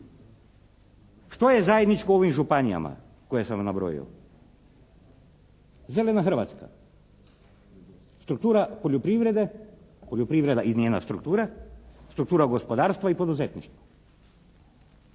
Što je zajedničko ovim županijama koje sam vam nabrojio? Zelena Hrvatska. Struktura poljoprivrede, poljoprivreda i njena struktura, struktura gospodarstva i poduzetništva.